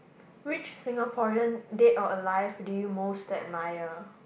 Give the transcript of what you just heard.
which Singaporean dead or alive do you most admire